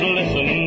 listen